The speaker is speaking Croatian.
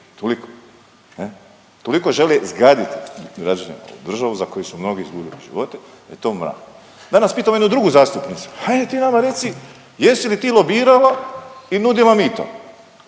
Toliko žele zgaditi građanima ovu državu za koju su mnogi izgubili živote da je to mrak. Danas pitam jednu drugu zastupnicu hajde ti nama reci jesi li ti lobirala i nudila mito?